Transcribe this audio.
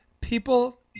People